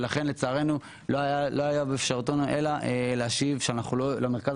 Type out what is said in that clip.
ולכן לא היה לצערנו באפשרותנו אלא להשיב למרכז